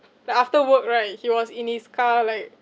like after work right he was in his car like